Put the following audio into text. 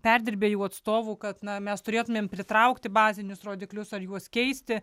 perdirbėjų atstovų kad na mes turėtumėm pritraukti bazinius rodiklius ar juos keisti